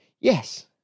yes